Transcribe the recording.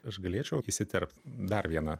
aš galėčiau įsiterpt dar viena